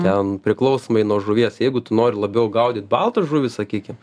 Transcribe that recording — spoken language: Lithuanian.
ten priklausomai nuo žuvies jeigu tu nori labiau gaudyt baltą žuvį sakykim